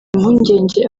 impungenge